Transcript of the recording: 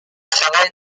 travaille